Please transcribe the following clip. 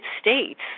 States